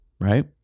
right